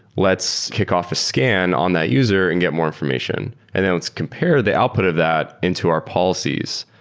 let's kickoff a scan on that user and get more information, and then let's compare the output of that into our policies,